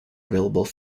available